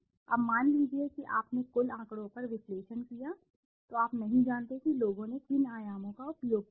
अब मान लीजिए कि आपने कुल आंकड़ों पर विश्लेषण किया है तो आप नहीं जानते कि लोगों ने किन आयामों का उपयोग किया है